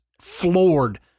floored